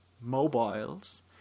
mobiles